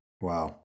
Wow